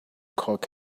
cock